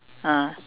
ah